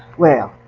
well,